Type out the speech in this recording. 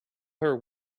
her